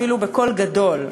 ואפילו בקול גדול,